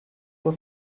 for